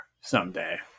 someday